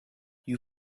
you